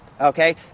okay